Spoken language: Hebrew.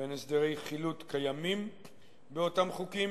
בין הסדרי החילוט הקיימים באותם החוקים,